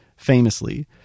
Famously